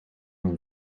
een